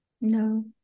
No